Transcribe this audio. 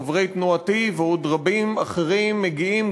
חברי תנועתי ועוד רבים אחרים מגיעים,